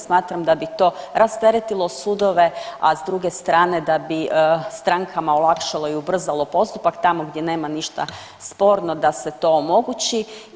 Smatram da bi to rasteretilo sudove, a s druge strane da bi strankama olakšalo i ubrzalo postupak tamo gdje nema ništa sporno da se to omogući.